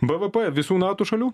bvp visų nato šalių